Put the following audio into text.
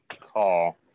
call